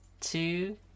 two